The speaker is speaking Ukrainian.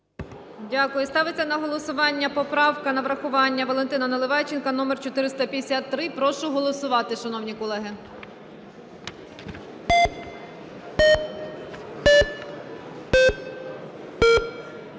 Дякую. Ставиться на голосування поправка на врахування Валентина Наливайченка номер 453. Прошу голосувати, шановні колеги.